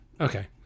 Okay